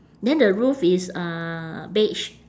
then the roof is uh beige